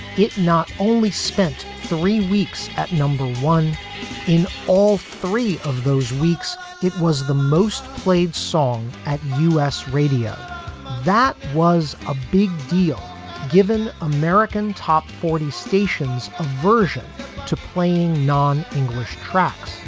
it not only spent three weeks at number one in all three of those weeks, it was the most played song at u s. radio that was a big deal given american top forty stations aversion to playing non english tracks,